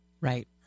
Right